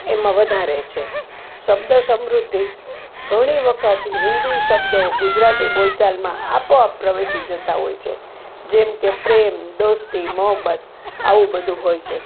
એમાં વધારે છે શબ્દો સમૃદ્ધિ ઘણી વખત હિન્દી શબ્દો ગુજરાતી બોલચલમાં આપોઆપ રીતે પ્રવેશી જતા હોય છે જેમ કે પ્રેમ દોસ્તી મહોબ્બત આવું બધું હોય છે